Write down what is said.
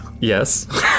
Yes